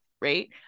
right